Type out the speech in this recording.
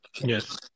Yes